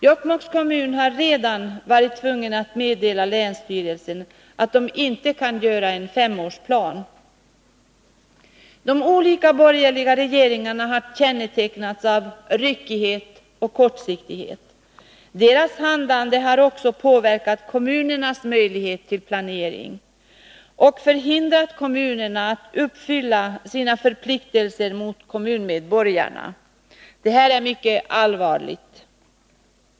Jokkmokks kommun har redan varit tvungen att meddela länsstyrelsen att den inte kan göra en femårsplan. De olika borgerliga regeringarnas politik har kännetecknats av ryckighet och kortsiktighet. Deras handlande har också påverkat kommunernas möjlighet till planering och förhindrat kommunerna att uppfylla sina förpliktelser mot kommunmedborgarna. Det är mycket allvarligt.